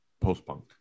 post-punk